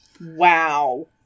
Wow